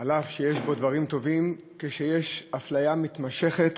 אף שיש בו דברים טובים, כשיש אפליה מתמשכת